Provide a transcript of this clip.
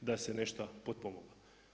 da se nešto potpomoglo.